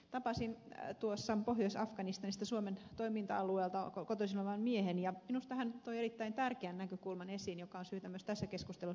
tapasin pohjois afganistanista suomen toiminta alueelta kotoisin olevan miehen ja minusta hän toi erittäin tärkeän näkökulman esiin joka on syytä myös tässä keskustelussa huomioida